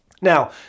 Now